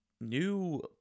New